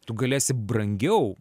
tu galėsi brangiau